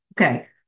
Okay